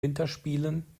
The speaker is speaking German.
winterspielen